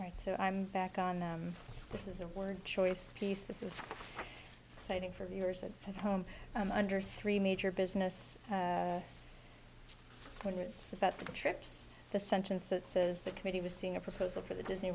right so i'm back on this is a word choice piece this is writing for viewers at home and under three major business owners about the trips the sentence that says the committee was seeing a proposal for the disney